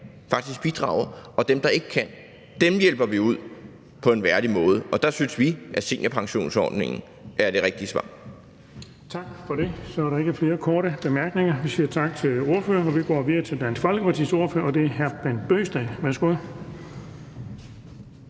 faktisk bidrager, og at dem, der ikke kan, hjælper vi ud på en værdig måde, og der synes vi, at seniorpensionsordningen er det rigtige svar.